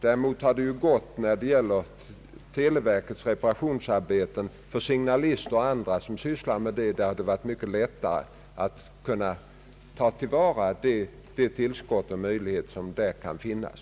När det gäller televerkets reparationsarbeten har detta varit mycket lättare genom att man kunnat sätta in signalister etc. och på så sätt tillvarata det tillskott på arbetskraft som där kan finnas.